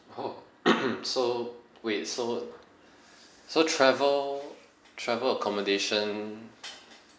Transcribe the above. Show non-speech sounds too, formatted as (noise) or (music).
oh (noise) so wait so so travel travel accommodation